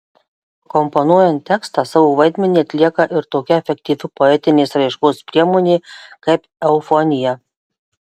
komponuojant tekstą savo vaidmenį atlieka ir tokia efektyvi poetinės raiškos priemonė kaip eufonija